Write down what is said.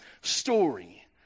story